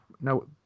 no